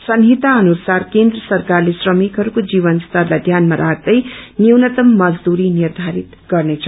संहिता अनुसार केन्द्र सरकारले श्रमिकहरूको जीवन स्तरलाई ध्यानमा राख्दै न्यूनतम मजदूरी निर्धारित गर्नेछ